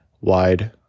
wide